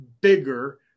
bigger